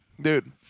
Dude